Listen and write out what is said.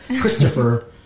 Christopher